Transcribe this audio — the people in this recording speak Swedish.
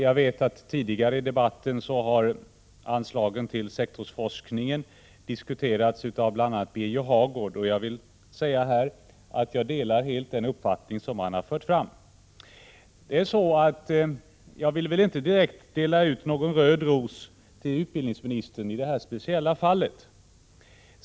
Jag vet att anslagen till sektorsforskningen tidigare i debatten har diskuterats av bl.a. Birger Hagård. Jag vill säga att jag helt delar den uppfattning som han har fört fram. Jag vill väl inte direkt dela ut någon röd ros till utbildningsministern i det här speciella fallet.